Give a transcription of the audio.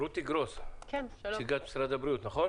רותי גרוס, נציגת משרד הבריאות, נכון?